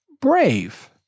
brave